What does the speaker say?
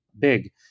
big